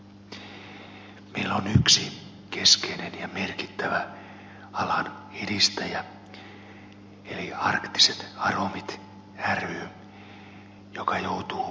meillä on yksi keskeinen ja merkittävä alan edistäjä arktiset aromit ry joka joutuu toimimaan erittäin hankalalla hankerahoituksella